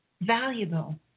valuable